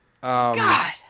God